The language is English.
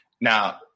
Now